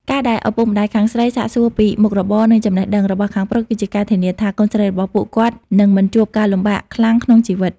ការដែលឪពុកម្ដាយខាងស្រីសាកសួរពី "មុខរបរ និងចំណេះដឹង" របស់ខាងប្រុស គឺជាការធានាថា កូនស្រីរបស់ពួកគាត់នឹងមិនជួបការលំបាកខ្លាំងក្នុងជីវភាព។